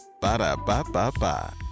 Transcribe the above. Ba-da-ba-ba-ba